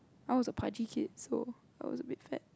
I was a pudgy kid so I was a bit fat